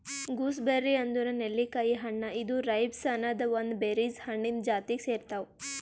gooseberry ಅಂದುರ್ ನೆಲ್ಲಿಕಾಯಿ ಹಣ್ಣ ಇದು ರೈಬ್ಸ್ ಅನದ್ ಒಂದ್ ಬೆರೀಸ್ ಹಣ್ಣಿಂದ್ ಜಾತಿಗ್ ಸೇರ್ತಾವ್